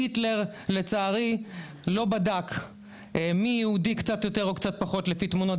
היטלר לצערי לא בדק מי יהודי קצת יותר או קצת פחות לפי תמונות.